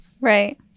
Right